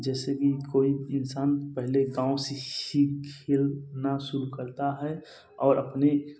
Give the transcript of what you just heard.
जैसे कि कोई इंसान पहले गाँव से ही खेलना शुरू करता है और अपनी